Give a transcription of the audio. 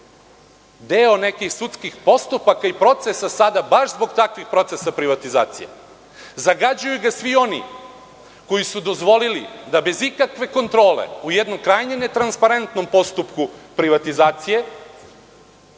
deo nekih sudskih postupaka i procesa baš zbog takvih procesa privatizacije. Zagađuju ga svi oni koji su dozvolili da se bez ikakve kontrole, u jednom krajnje netransparentnom postupku privatizacije,